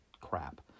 crap